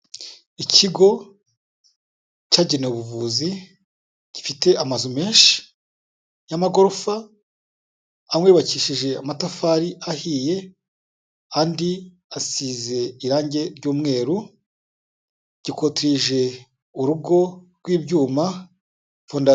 Ikigo cy'agenewe ubuvuzi, gifite amazu menshi y'amagorofa, amwe yubakishije amatafari ahiye, andi asize irangi ry'umweru, gikorotirije urugo rw'ibyuma, fondasiyo.